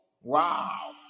Wow